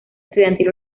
estudiantil